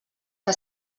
que